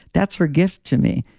that's her gift to me.